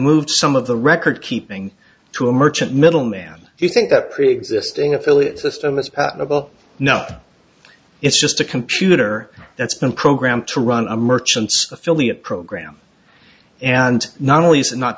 moved some of the record keeping to a merchant middleman if you think that preexisting affiliate system is noble no it's just a computer that's been programmed to run a merchant affiliate program and not only